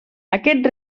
aquest